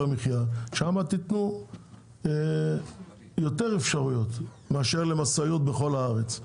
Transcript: המחיה שם תיתנו יותר אפשרויות מאשר למשאיות בכל הארץ.